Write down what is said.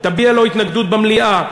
תביע התנגדות במליאה,